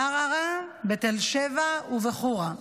בערערה, בתל שבע ובחורה.